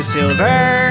Silver